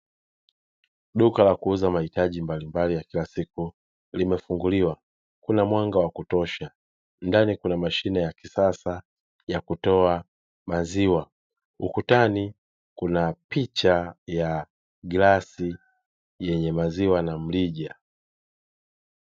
Duka la kuuza mahitaji mbalimbali ya kila siku limefunguliwa, kuna mwanga wakutosha, ndani kuna mashine ya kisasa yakutoa maziwa, ukutani kuna picha ya glasi yenye maziwa na mlija.